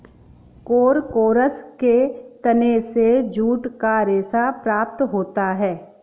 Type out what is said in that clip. Corchorus के तने से जूट का रेशा प्राप्त होता है